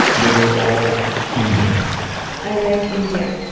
they were all indian i like india.